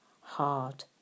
hard